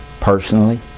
Personally